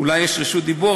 אולי יש רשות דיבור,